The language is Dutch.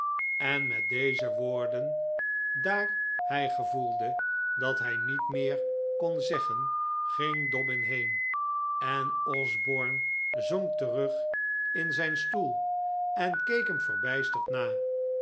en met deze woorden daar hij gevoelde dat hij niet meer kon zeggen ging dobbin heen en osborne zonk terug in zijn stoel en keek hem verbijsterd na